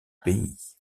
pays